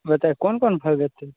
बताए कौन कौन